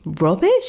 rubbish